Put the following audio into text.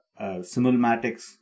Simulmatics